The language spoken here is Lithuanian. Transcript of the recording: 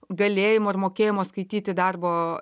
galėjimo ir mokėjimo skaityti darbo